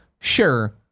Sure